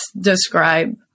describe